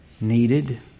needed